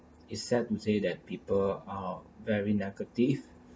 it's sad to say that people are very negative